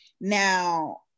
now